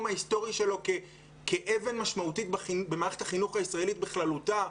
ההיסטורי שלו כאבן משמעותית במערכת החינוך הישראלית בכללותה.